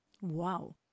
Wow